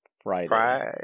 Friday